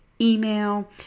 email